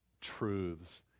truths